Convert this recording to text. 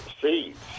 seeds